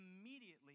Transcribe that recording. immediately